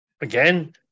Again